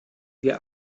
wir